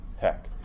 tech